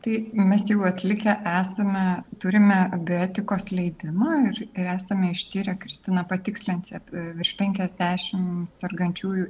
tai mes jau atlikę esame turime bioetikos leidimą ir ir esame ištyrę kristina patikslinsit apie virš penkiasdešimt sergančiųjų